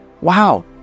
wow